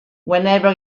whenever